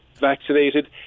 vaccinated